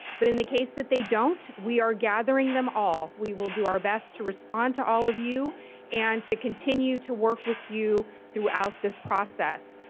but in the case that they don't, we are gathering them all. we will do our best to respond to all of you and to continue to work with you throughout this process.